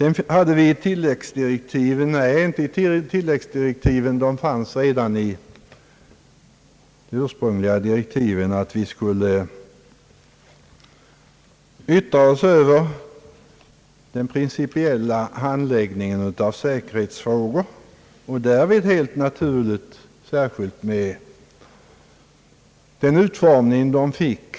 I de ursprungliga direktiven fanns att vi sedan skulle yttra oss över den principiella handläggningen av säkerhetsfrågor, särskilt med den utformning de fick